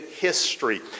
history